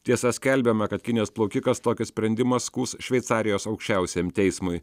tiesa skelbiama kad kinijos plaukikas tokį sprendimą skųs šveicarijos aukščiausiajam teismui